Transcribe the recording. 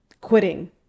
quitting